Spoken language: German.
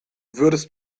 würdest